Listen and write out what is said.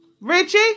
Richie